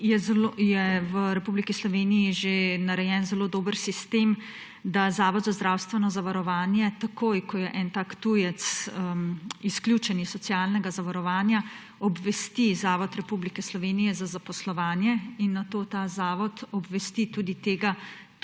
je v Republiki Sloveniji že narejen zelo dober sistem, da Zavod za zdravstveno zavarovanje takoj, ko je tak tujec izključen iz socialnega zavarovanja, obvesti Zavod Republike Slovenije za zaposlovanje in nato ta zavod obvesti tudi tega